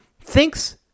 thinks